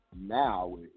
now